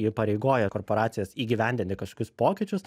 įpareigoja korporacijas įgyvendinti kažkokius pokyčius